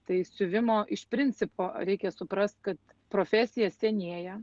tai siuvimo iš principo reikia suprast kad profesija senėja